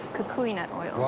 kukui nut oil. what?